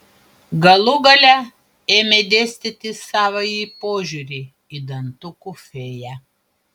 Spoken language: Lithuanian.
galų gale ėmė dėstyti savąjį požiūrį į dantukų fėją